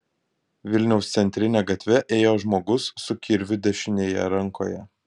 vilniaus centrine gatve ėjo žmogus su kirviu dešinėje rankoje